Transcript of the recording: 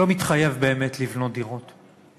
לא מתחייב באמת לבנות דירות.